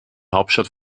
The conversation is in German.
hauptstadt